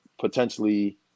potentially